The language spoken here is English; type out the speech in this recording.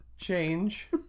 change